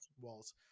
walls